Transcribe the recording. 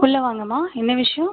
உள்ளே வாங்கம்மா என்ன விஷயோ